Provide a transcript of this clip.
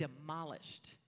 demolished